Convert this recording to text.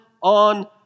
on